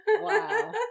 Wow